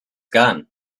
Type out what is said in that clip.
gun